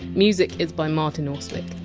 music is by martin austwick.